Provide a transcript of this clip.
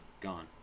Gone